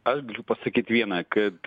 aš galiu pasakyt viena kad